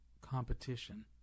competition